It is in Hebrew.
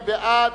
מי בעד?